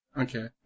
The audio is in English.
Okay